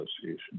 Association